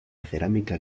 cerámica